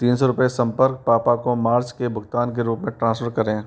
तीन सौ रुपये संपर्क पापा को मार्च के भुगतान के रूप में ट्रांसफ़र करें